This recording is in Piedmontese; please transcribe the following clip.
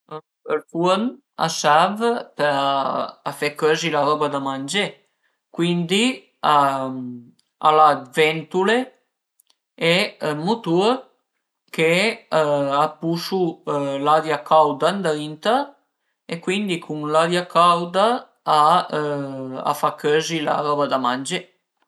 Ël furn a serv a për fe cözi la roba da mangé cuindi al a dë ventule e ün mutur chë a pusu l'aria cauda ëndrinta e cuindi cun l'aria cauda a fa cözi la roba da mangé